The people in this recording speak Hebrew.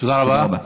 תודה רבה.